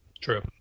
True